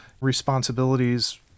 responsibilities